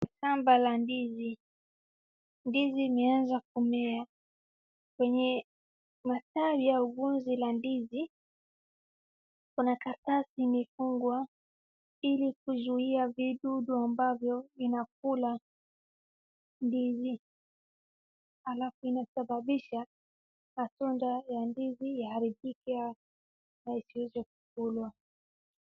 Shamba la ndizi, ndizi imeanza kumea, kwenye matawi au ngozi ya ndizi, kuna karatasi imefungwa ili kuzuia vidudu ambavyo inakula ndizi, alafu inasababisha matunda ya ndizi iharibike na isiweze kukulwa.